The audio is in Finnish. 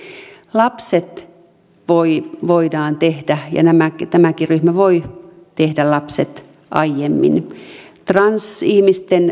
lapset voidaan tehdä ja tämäkin ryhmä voi tehdä lapset aiemmin jos me transihmisten